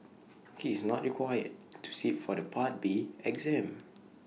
he is not required to sit for the part B exam